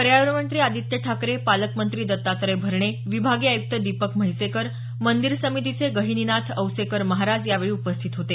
पर्यावरण मंत्री आदित्य ठाकरे पालकमंत्री दत्तात्रय भरणे विभागीय आयुक्त दिपक म्हैसेकर मंदिर समितीचे गहिनीनाथ औसेकर महाराज यावेळी उपस्थित होते